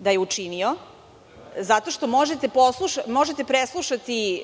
da je učinio, zato što možete preslušati